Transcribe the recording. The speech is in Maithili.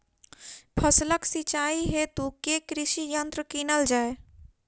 फसलक सिंचाई हेतु केँ कृषि यंत्र कीनल जाए?